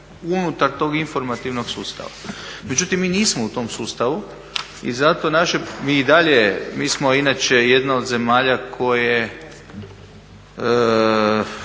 unutar tog informativnog sustava. Međutim, mi nismo u tom sustavu i zato naše, mi i dalje, mi smo inače jedna od zemalja koje